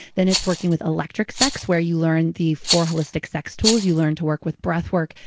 then it's working with electric sex, where you learn the four holistic sex tools. you learn to work with breath work,